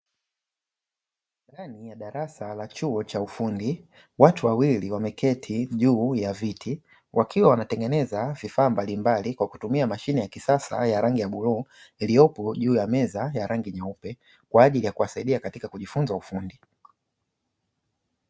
Ndani ya darasa la chuo cha ufundi watu wawili, wameketi juu ya viti wakiwa wanatengeneza vifaa mbalimbali kwa kutumia mashine ya kisasa ya rangi ya bluu iliyopo juu ya meza ya rangi nyeupe, kwa ajili ya kuwasaidia katika kujifunza ufundi.